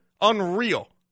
unreal